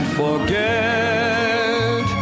forget